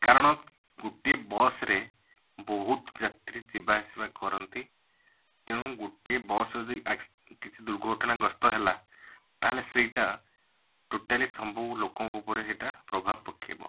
କାରଣ ଗୋଟିଏ ବସ୍ରେ ବହୁତ୍ ଯାତ୍ରୀ ଯିବା ଆସିବା କରନ୍ତି ତେଣୁ ଗୋଟିଏ ବସ୍ ଯଦି ଆକ୍ସି କିଛି ଦୁର୍ଘଟଣା ଗ୍ରସ୍ତ ହେଲା ତାହେଲେ ସେଇଟା ଟୋଟାଲି ସମ୍ଭବ ଲୋକଙ୍କ ଉପରେ ସେଇଟା ପ୍ରଭାବ ପକେଇବ